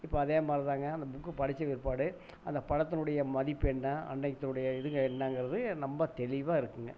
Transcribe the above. இப்போ அதே மாதிரி தாங்க அந்த புக்கு படிச்ச பிற்பாடு அந்தப் படத்தினுடைய மதிப்பு என்ன அன்னைக்குதுனுடைய இது என்னங்குறது நம்ப தெளிவாக இருக்குங்க